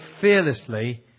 fearlessly